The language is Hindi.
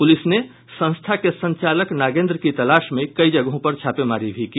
पुलिस ने संस्था के संचालक नागेन्द्र की तालाश में कई जगहों पर छापामारी भी की